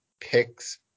picks